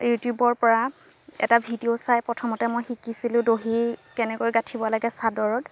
ইউটিউবৰ পৰা এটা ভিডিঅ' চাই প্ৰথমতে মই শিকিছিলোঁ দহি কেনেকৈ গাঁঠিব লাগে চাদৰত